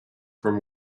from